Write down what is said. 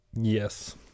Yes